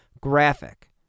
graphic